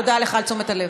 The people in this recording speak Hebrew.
תודה לך על תשומת הלב.